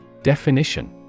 Definition